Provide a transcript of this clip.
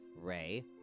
Ray